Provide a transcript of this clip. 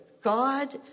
God